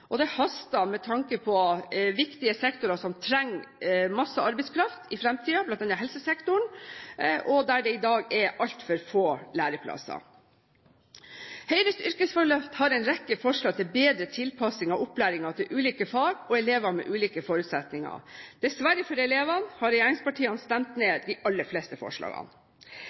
og det haster, med tanke på viktige sektorer som trenger mye arbeidskraft i fremtiden, bl.a. helsesektoren, og der det i dag er altfor få lærlingplasser. Høyres yrkesløft har en rekke forslag til bedre tilpassing av opplæring til ulike fag og elever med ulike forutsetninger. Dessverre for elevene har regjeringspartiene stemt ned de aller fleste forslagene.